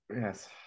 yes